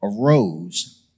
arose